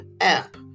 app